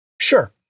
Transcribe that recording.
sure